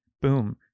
boom